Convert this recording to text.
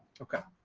okay,